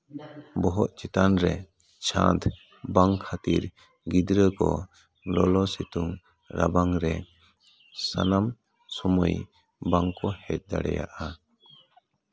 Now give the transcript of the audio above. ᱵᱚᱦᱚᱜ ᱪᱮᱛᱟᱱ ᱨᱮ ᱪᱷᱟᱫᱽ ᱵᱟᱝ ᱠᱷᱟᱹᱛᱤᱨ ᱜᱤᱫᱽᱨᱟᱹ ᱠᱚ ᱞᱚᱞᱚ ᱥᱤᱛᱩᱝ ᱨᱟᱵᱟᱝ ᱨᱮ ᱥᱟᱱᱟᱢ ᱥᱚᱢᱚᱭ ᱵᱟᱝᱠᱚ ᱦᱮᱡ ᱫᱟᱲᱮᱭᱟᱜᱼᱟ